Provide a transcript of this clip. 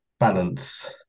balance